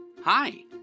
Hi